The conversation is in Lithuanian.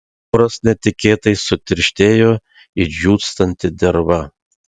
oras netikėtai sutirštėjo it džiūstanti derva